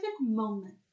moment